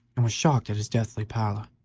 and was shocked at his deathly pallor.